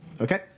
Okay